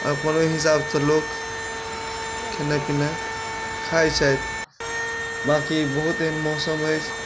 अपन ओहि हिसाबसँ लोक खेनाइ पिनाइ खाइत छथि बाँकी बहुत एहन मौसम अछि